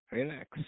relax